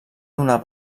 donar